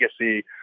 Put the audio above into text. legacy